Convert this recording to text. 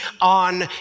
on